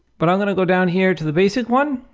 but i'm going to go down here to the basic one,